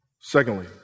Secondly